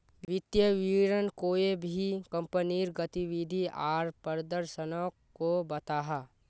वित्तिय विवरण कोए भी कंपनीर गतिविधि आर प्रदर्शनोक को बताहा